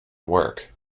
work